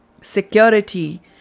security